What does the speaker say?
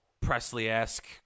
Presley-esque